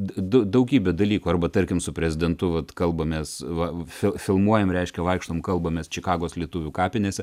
dau daugybė dalykų arba tarki su prezidentu vat kalbamės va fil filmuojame reiškia vaikštom kalbamės čikagos lietuvių kapinėse